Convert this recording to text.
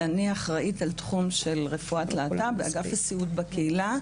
אחראית על תחום רפואת להט"ב באגף הסיעוד בקהילה,